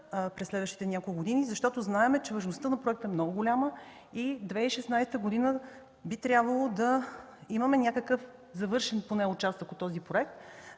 през следващите няколко години, защото знаем, че важността на проекта е много голяма. През 2016 г. би трябвало да имаме поне завършен участък от този проект,